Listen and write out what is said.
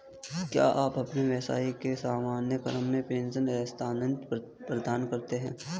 क्या आप अपने व्यवसाय के सामान्य क्रम में प्रेषण स्थानान्तरण प्रदान करते हैं?